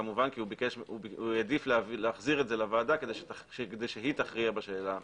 הוא העדיף להחזיר את זה לוועדה כדי שהיא תכריע בשאלה בעצמה.